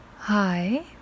Hi